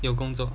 有工作